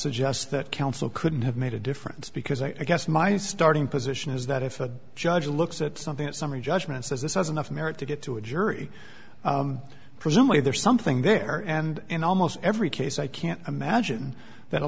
suggests that counsel couldn't have made a difference because i guess my starting position is that if a judge looks at something that summary judgment says this was enough merit to get to a jury presumably there's something there and in almost every case i can't imagine that a